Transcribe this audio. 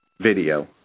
video